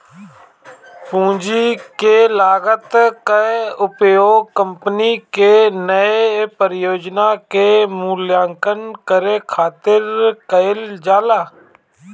पूंजी के लागत कअ उपयोग कंपनी के नया परियोजना के मूल्यांकन करे खातिर कईल जाला